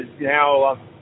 now